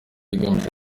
igamije